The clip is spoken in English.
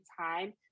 time